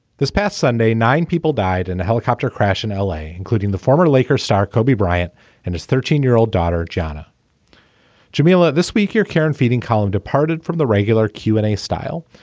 this past sunday, nine people died in and a helicopter crash in l a, including the former lakers star kobe bryant and his thirteen year old daughter, jhana djamila this week, your care and feeding column departed from the regular q and a style.